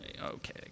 okay